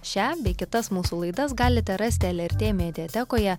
šią bei kitas mūsų laidas galite rasti lrt mediatekoje